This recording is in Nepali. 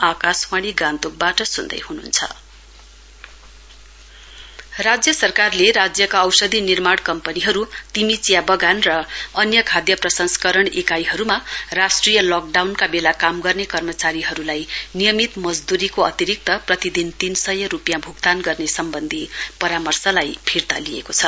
इनसेन्टिभ विड्रल राज्य सरकारले राज्यका औषधि निर्माण कम्पनीहरू तिमी चिया बगान र अन्य खाद्य प्रसंस्करण इकाईहरूमा राष्ट्रिय लकडाउनका बेला काम गर्ने कर्मचारीहरूलाई नियमित मजदुरीको अतिरिक्त प्रतिदिन तीन सय रूपियाँ भुक्तान गर्ने सम्बन्धी परामर्शलाई फिर्ता लिएको छ